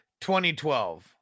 2012